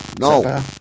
No